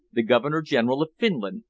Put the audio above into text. the governor-general of finland,